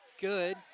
Good